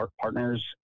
partners